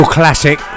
classic